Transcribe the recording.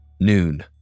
Noon